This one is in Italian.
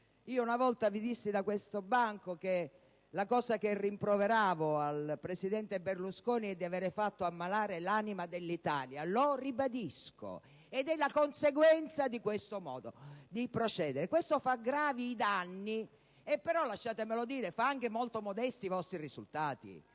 Una volta vi dissi da questi banchi che rimproveravo al presidente Berlusconi di aver fatto ammalare l'anima dell'Italia: lo ribadisco, ed è la conseguenza di questo modo di procedere, che fa gravi danni e, lasciatemelo dire, fa anche molto modesti i vostri risultati.